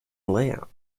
layout